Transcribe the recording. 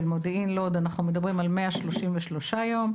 מודיעין לוד אנחנו מדברים על 133 יום,